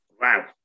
Wow